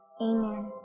Amen